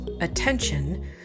attention